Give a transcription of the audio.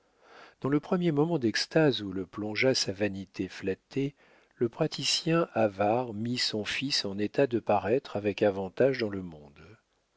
dans le premier moment d'extase où le plongea sa vanité flattée le praticien avare mit son fils en état de paraître avec avantage dans le monde